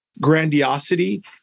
grandiosity